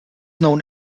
known